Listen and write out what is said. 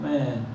Man